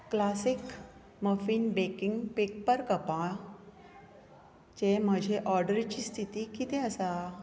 classic muffin baking paper कपांचे म्हजे ऑर्डरीची स्थिती कितें आसा